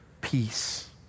peace